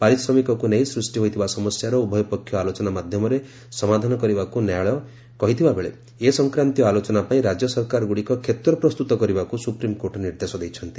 ପାରିଶ୍ରମିକକୁ ନେଇ ସୃଷ୍ଟି ହୋଇଥିବା ସମସ୍ୟାର ଉଭୟପକ୍ଷ ଆଲୋଚନା ମାଧ୍ୟମରେ ସମାଧାନ କରିବାକୁ ନ୍ୟାୟାଳୟ କହିଥିବା ବେଳେ ଏ ସଂକ୍ରାନ୍ତୀୟ ଆଲୋଚନା ପାଇଁ ରାଜ୍ୟସରକାରଗୁଡ଼ିକ କ୍ଷେତ୍ର ପ୍ରସ୍ତୁତ କରିବାକୁ ସୁପ୍ରିମକୋର୍ଟ ନିର୍ଦ୍ଦେଶ ଦେଇଛନ୍ତି